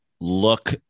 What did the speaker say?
look